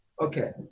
Okay